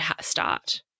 start